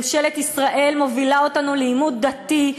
ממשלת ישראל מובילה אותנו לעימות דתי,